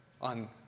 on